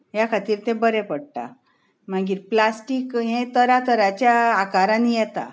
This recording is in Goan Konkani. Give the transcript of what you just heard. ह्या खातीर तें बरें पडटा मागीर प्लास्टीक हें तरां तरांच्या आकारांनी येता